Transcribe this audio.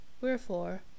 Wherefore